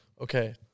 okay